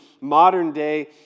modern-day